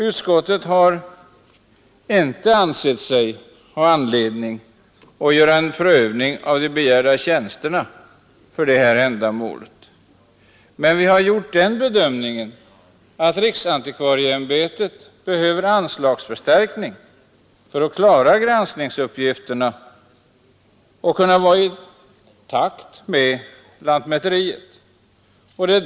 Utskottet har inte ansett sig ha anledning att pröva de begärda tjänsterna för detta ändamål, men vi har gjort den bedömningen att riksantikvarieämbetet behöver anslagsförstärkning för att klara granskningsuppgifterna och vara i takt med lantmäteriet.